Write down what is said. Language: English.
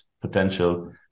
potential